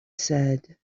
said